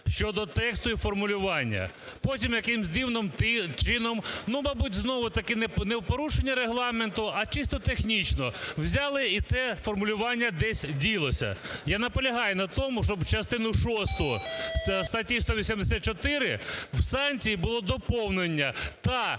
щодо тексту і формулювання. Потім якимось дивним чином, ну мабуть знову ж таки не в порушення регламенту, а технічно взяли і це формулювання десь ділося. Я наполягаю на тому, щоб частину шосту статті 184 в санкції було доповнення "та